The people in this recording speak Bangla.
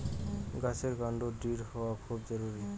গাছের কান্ড দৃঢ় হওয়া খুব জরুরি